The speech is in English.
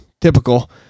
typical